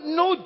no